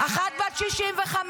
אחת בת 65,